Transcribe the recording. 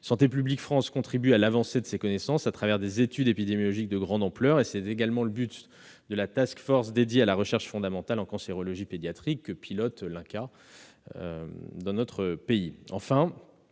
Santé publique France contribue à l'avancée des connaissances, à travers des études épidémiologiques de grande ampleur. C'est également le but de la dédiée à la recherche fondamentale en cancérologie pédiatrique que pilote l'INCa. Enfin,